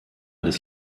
des